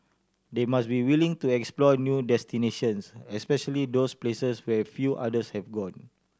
they must be willing to explore new destinations especially those places where few others have gone